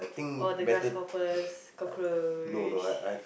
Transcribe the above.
all the grasshoppers cockroach